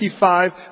55